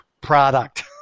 product